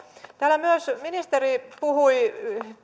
täällä ministeri puhui myös